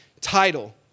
title